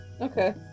Okay